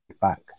back